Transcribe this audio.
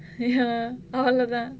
ya all of that